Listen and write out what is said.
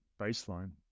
baseline